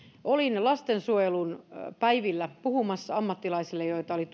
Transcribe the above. olin lastensuojelupäivillä puhumassa ammattilaisille joita oli